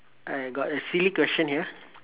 I got a silly question here